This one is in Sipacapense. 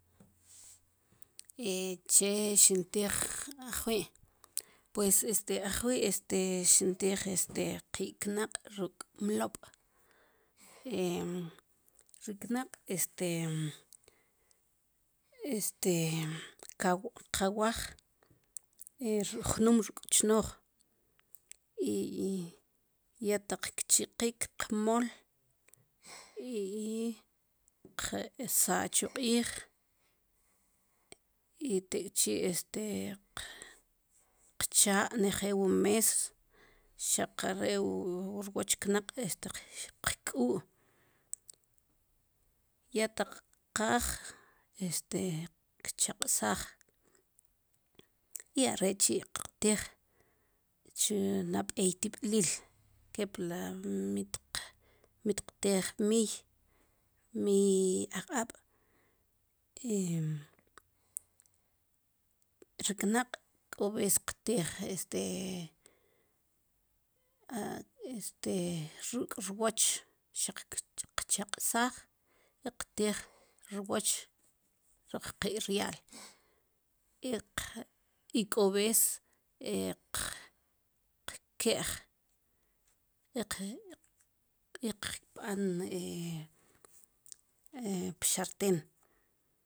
che xintij ajw'i pues este ajw'i este xintij este k'i knaq' ruk' mlob' ri knaq' este este qawuaj jnum ruk' chinoj i ya taq' kchiq'ik' q'mol i qsa' chuq'ij i tek' chi este q'cha' njel wu mes xaq' are wu rwuach knaq' este qk'u ya taq' q'aj este qche'q'saj i are chi qtij chu nabéy tib'lil keple mi qtij mia mia ab'ab' ri knaq' koves qtij este este ruk' rwoch xaq qcheq'saj qtij rwoch q'i ryal i koves qkej i qb'an pxerten